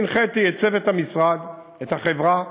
אני הנחיתי את צוות המשרד, את החברה: